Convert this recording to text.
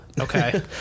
Okay